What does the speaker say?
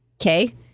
Okay